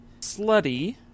slutty